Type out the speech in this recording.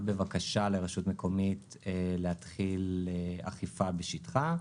בבקשה לרשות מקומית להתחיל אכיפה בשטחה.